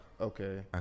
Okay